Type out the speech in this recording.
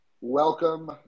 welcome